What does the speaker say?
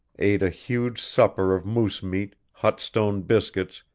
ate a huge supper of moose meat, hot-stone biscuits,